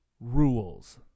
rules